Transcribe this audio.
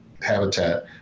Habitat